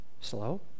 slow